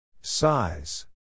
Size